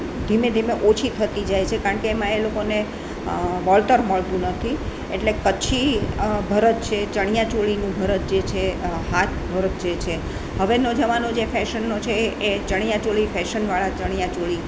ધીમે ધીમે ઓછી થતી જાય છે કારણ કે એમાં એ લોકોને વળતર મળતું નથી એટલે કચ્છી ભરત છે ચણિયાચોળીનું ભરત જે છે હાથ વર્ક જે છે હવેનો જમાનો જે ફેશનનો છે એ ચણિયાચોળી ફેશન વાળા ચણિયાચોળી